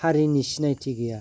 हारिनि सिनायथि गैया